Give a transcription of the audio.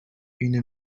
une